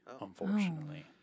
unfortunately